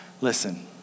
Listen